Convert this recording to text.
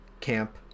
camp